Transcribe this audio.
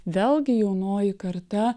vėlgi jaunoji karta